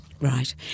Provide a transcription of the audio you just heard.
Right